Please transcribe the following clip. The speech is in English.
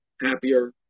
happier